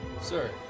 Sir